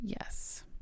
yes